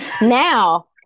now